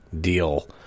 deal